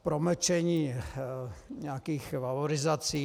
Promlčení nějakých valorizací.